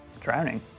drowning